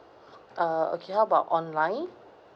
uh okay how about online